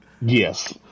yes